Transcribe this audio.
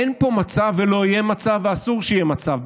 אין פה מצב ולא יהיה מצב ואסור שיהיה מצב,